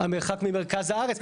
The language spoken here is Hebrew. המרחק ממרכז הארץ.